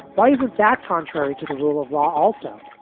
why is it that contrary to the rule of law also